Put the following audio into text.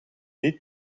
niet